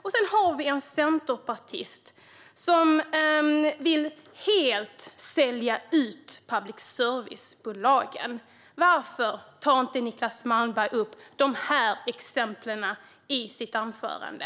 Vi har också en centerpartist som vill sälja ut public service-bolagen helt. Varför tar inte Niclas Malmberg upp dessa exempel i sitt anförande?